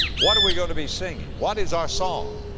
what are we going to be singing? what is our song?